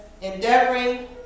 Endeavoring